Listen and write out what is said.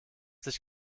sich